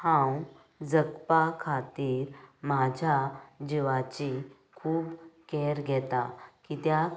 हांव जगपा खातीर म्हाज्या जिवाची खूब केर घेतां कित्याक